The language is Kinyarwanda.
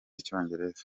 icyongereza